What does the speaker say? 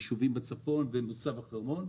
ישובים בצפון ובמוצב החרמון.